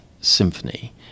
symphony